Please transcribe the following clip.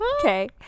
Okay